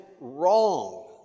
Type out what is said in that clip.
wrong